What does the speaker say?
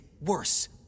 Worse